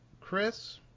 Chris